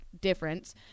difference